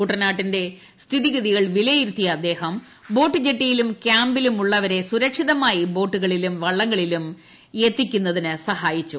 കുട്ടനാടിന്റെ സ്ഥിതിഗതികൾ വിലയിരുത്തിയ അദ്ദേഹം ബോട്ടുജട്ടിയിലും കൃാമ്പിലുമുള്ളവരെ സുരക്ഷിതമായി ബോട്ടുകളിലും വള്ളങ്ങളിലും എത്തിക്കുന്നതിന് സഹായിച്ചു